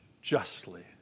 Justly